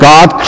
God